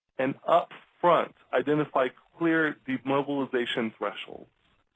and up front identify clear demobilization thresholds.